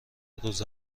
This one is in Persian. روز